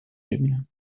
بیینم